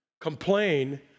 complain